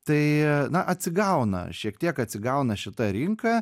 tai na atsigauna šiek tiek atsigauna šita rinka